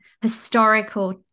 historical